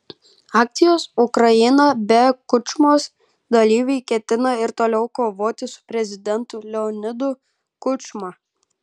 akcijos ukraina be kučmos dalyviai ketina ir toliau kovoti su prezidentu leonidu kučma